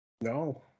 No